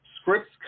scripts